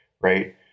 right